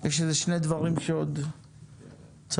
כולנו רוצים שיוקמו לולים חדשים על משטחים חדשים